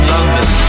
London